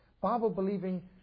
Bible-believing